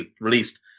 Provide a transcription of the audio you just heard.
released